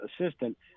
assistant